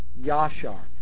Yashar